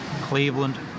Cleveland